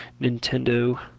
Nintendo